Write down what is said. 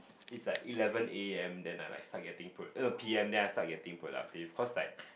is like eleven A_M then I like start getting pro~ eh no P_M then I start getting productive cause like